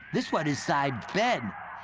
this one is signed ben.